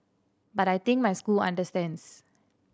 but I think my school understands